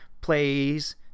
plays